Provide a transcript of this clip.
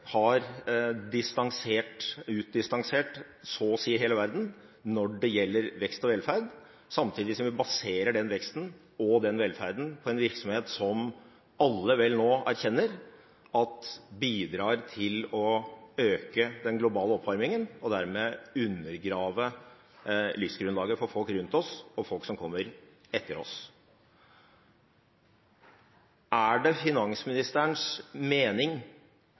har utdistansert så å si hele verden når det gjelder vekst og velferd, samtidig som vi baserer den veksten og den velferden på en virksomhet som alle vel nå erkjenner at bidrar til å øke den globale oppvarmingen og dermed undergrave livsgrunnlaget for folk rundt oss og folk som kommer etter oss. Er det finansministerens mening